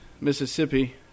Mississippi